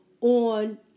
on